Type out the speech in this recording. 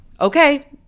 Okay